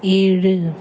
ஏழு